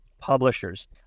publishers